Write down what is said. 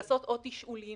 לעשות עוד תשאולים,